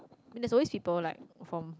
I mean there's always people like from